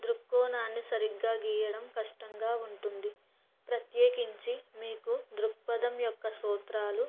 దృక్కోణాన్ని సరిగ్గా గీయడం కష్టంగా ఉంటుంది ప్రత్యేకించి మీకు దృక్పథం యొక్క సూత్రాలు